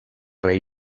rei